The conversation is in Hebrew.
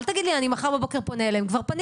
אל תגיד לי "אני מחר בבוקר פונה אליהם".